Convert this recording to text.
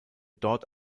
dort